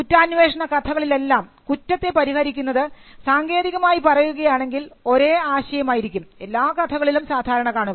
കുറ്റാന്വേഷണ കഥകളിലെല്ലാം കുറ്റത്തെ പരിഹരിക്കുന്നത് സാങ്കേതികമായി പറയുകയാണെങ്കിൽ ഒരേ ആശയമായിരിക്കും എല്ലാം കഥകളിലും സാധാരണ കാണുക